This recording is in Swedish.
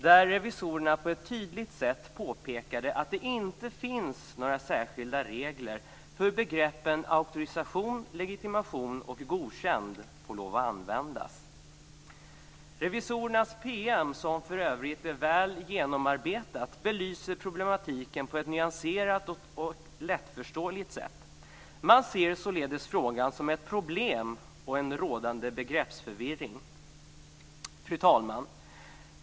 där revisorerna på ett tydligt sätt påpekade att det inte finns några särskilda regler för hur begreppen Revisorernas PM, som för övrigt är väl genomarbetat, belyser problematiken på ett nyanserat och lättförståeligt sätt. Man ser således frågan som ett problem, och man ser en rådande begreppsförvirring. Fru talman!